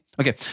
Okay